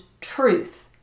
truth